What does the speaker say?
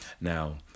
Now